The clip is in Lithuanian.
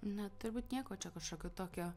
na turbūt nieko čia kažkokio tokio